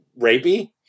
Rapey